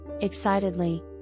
excitedly